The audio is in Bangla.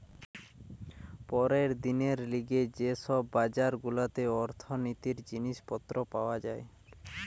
পরের দিনের লিগে যে সব বাজার গুলাতে অর্থনীতির জিনিস পত্র পাওয়া যায়